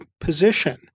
position